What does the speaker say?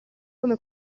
come